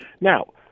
Now